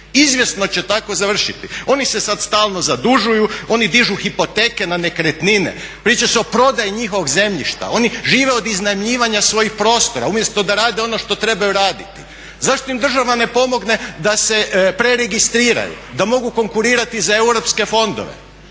izvjesno će tak završiti. Oni se sad stalno zadužuju, oni dižu hipoteke na nekretnine, priča se o prodaji njihovog zemljišta, oni žive od iznajmljivanja svojih prostora umjesto da rade ono što trebaju raditi. Zašto im država ne pomogne da se preregistriraju, da mogu konkurirati za europske fondove,